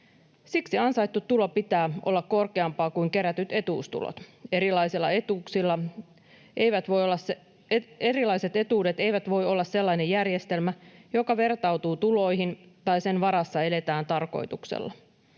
Siksi ansaitun tulon pitää olla korkeampaa kuin kerätyt etuustulot. Erilaiset etuudet eivät voi olla sellainen järjestelmä, joka vertautuu tuloihin tai jonka varassa eletään tarkoituksella.